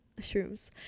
Shrooms